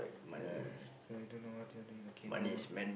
ya so I don't know what you're doing okay now